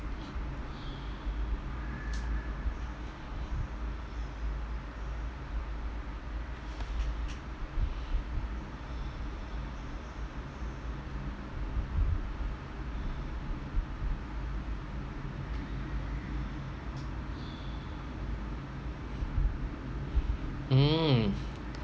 mm